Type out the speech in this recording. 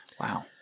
Wow